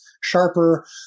sharper